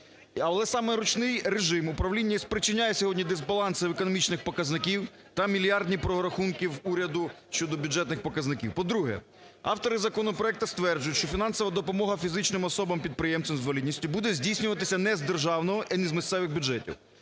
Але саме ручний режим управління і спричиняє сьогодні дисбаланси в економічних показників та мільярдні прорахунки в уряду щодо бюджетних показників. По-друге, автори законопроекту стверджують, що фінансова допомога фізичним особам підприємцям з інвалідністю буде здійснювати не з державного і не з місцевих бюджетів.